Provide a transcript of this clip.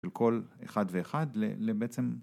‫של כל אחד ואחד לבעצם...